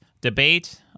debate